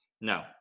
No